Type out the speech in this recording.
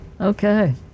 Okay